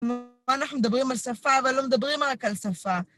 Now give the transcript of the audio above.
אנחנו מדברים על שפה אבל לא מדברים רק על שפה